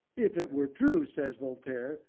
if it were true, says voltaire,